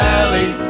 Valley